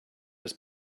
his